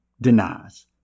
denies